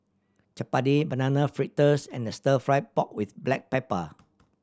chappati Banana Fritters and Stir Fry pork with black pepper